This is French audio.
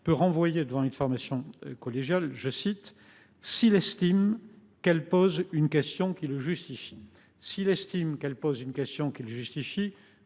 peut renvoyer devant une formation collégiale « s’il estime qu’elle pose une question qui le justifie ».